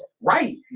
right